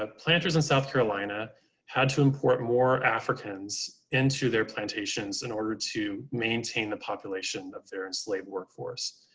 ah planters in south carolina had to import more africans into their plantations in order to maintain the population of their enslaved workforce.